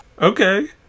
Okay